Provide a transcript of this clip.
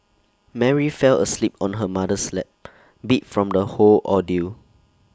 Mary fell asleep on her mother's lap beat from the whole ordeal